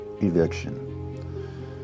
eviction